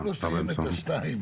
הוא לא סיים את (2).